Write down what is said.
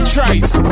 Trice